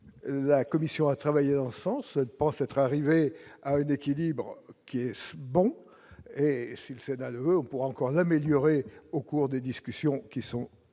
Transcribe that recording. la commission a travaillé dans ce sens, pense être arrivé à d'équilibre qui est bon et si le Sénat, on pourra encore l'améliorer. Au cours des discussions qui sont, qui vont